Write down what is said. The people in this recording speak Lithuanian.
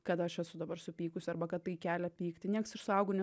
kad aš esu dabar supykusi arba kad tai kelia pyktį nieks iš suaugu